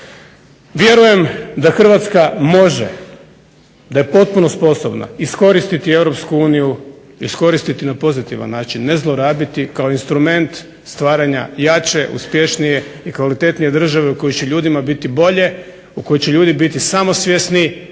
Vjerujem da Hrvatska može da je potpuno sposobna iskoristiti Europsku uniju, iskoristiti na pozitivan način, ne zlorabiti kao instrument stvaranja jače, kvalitetnije i uspješnije države u kojoj će ljudima biti bolje, u kojoj će ljudi biti samosvjesni,